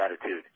attitude